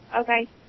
Okay